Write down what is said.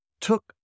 took